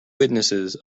witnesses